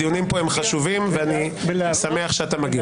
הדיונים פה הם חשובים, ואני שמח שאתה מגיע.